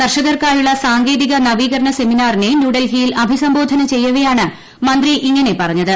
കർഷകർക്കായുള്ള സാങ്കേതിക ന്റ്വീകരണ സെമിനാറിനെ ന്യൂഡൽഹിയിൽ അഭിസംബോഗ്ഗന ചെയ്യവേയാണ് മന്ത്രി ഇങ്ങനെ പറഞ്ഞത്